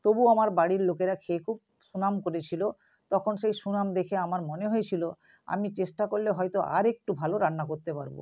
তবুও আমার বাড়ির লোকেরা খেয়ে খুব সুনাম করেছিল তখন সেই সুনাম দেখে আমার মনে হয়েছিল আমি চেষ্টা করলে হয়তো আর একটু ভালো রান্না করতে পারব